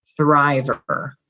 thriver